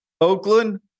Oakland